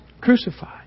crucified